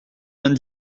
vingt